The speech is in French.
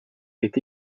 est